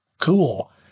Cool